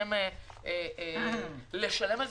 צריכים לשלם על זה